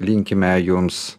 linkime jums